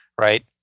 right